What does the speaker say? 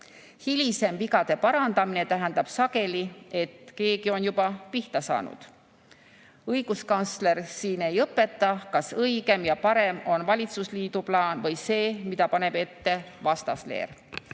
Hilisem vigade parandamine tähendab sageli, et keegi on juba pihta saanud. Õiguskantsler ei õpeta, kas õigem ja parem on valitsusliidu plaan või see, mida paneb ette vastasleer,